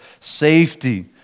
safety